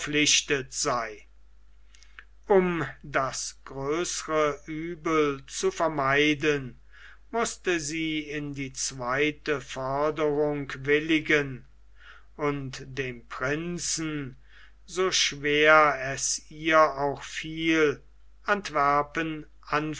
verpflichtet sei um das größere uebel zu vermeiden mußte sie in die zweite forderung willigen und dem prinzen so schwer es ihr auch fiel antwerpen